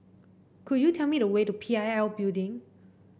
could you tell me the way to P I L Building